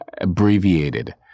abbreviated